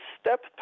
step